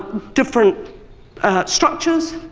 different structures,